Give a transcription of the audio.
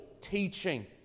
teaching